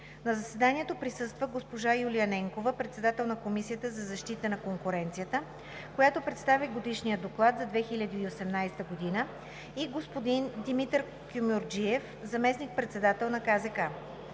На заседанието присъства госпожа Юлия Ненкова – председател на Комисията за защита на конкуренцията (КЗК), която представи Годишния доклад за 2018 г., и господин Димитър Кюмюрджиев – заместник-председател на КЗК.